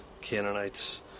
Canaanites